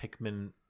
Pikmin